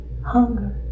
hunger